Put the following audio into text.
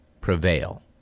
prevail